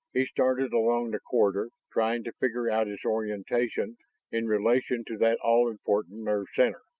he started along the corridor, trying to figure out its orientation in relation to that all-important nerve center.